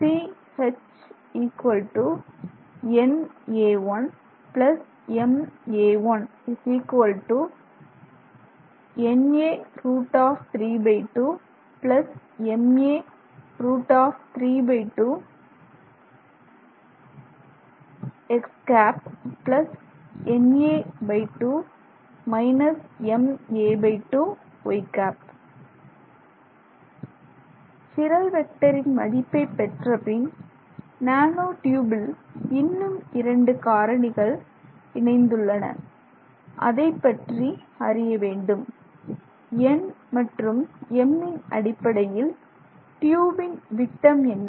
Ch na1ma1 na√32 ma√32 x ̂ na2 ma2 y ̂ chiral வெக்டரின் மதிப்பை பெற்றபின் நானோ ட்யூபில் இன்னும் இரண்டு காரணிகள் இணைந்துள்ளன அதைப்பற்றி அறிய வேண்டும் n மற்றும் m ன் அடிப்படையில் ட்யூபின் விட்டம் என்ன